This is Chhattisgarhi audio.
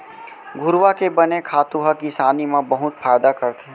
घुरूवा के बने खातू ह किसानी म बहुत फायदा करथे